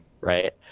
right